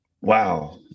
wow